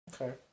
Okay